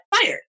fired